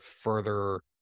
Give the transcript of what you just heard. further